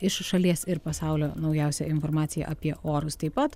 iš šalies ir pasaulio naujausia informacija apie orus taip pat